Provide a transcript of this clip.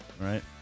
Right